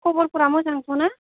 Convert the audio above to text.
खबरफोरा मोजांथ'ना